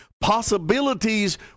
possibilities